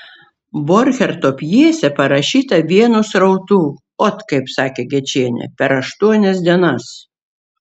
borcherto pjesė parašyta vienu srautu ot kaip sakė gečienė per aštuonias dienas